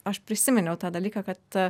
aš prisiminiau tą dalyką kad